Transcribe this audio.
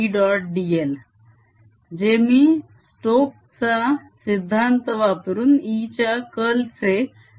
dl जे मी Stokes चा सिद्धांत वापरून Eच्या कर्ल चे